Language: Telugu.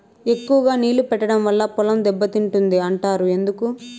ఎక్కువగా నీళ్లు పెట్టడం వల్ల పొలం దెబ్బతింటుంది అంటారు ఎందుకు?